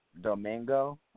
Domingo